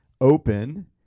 open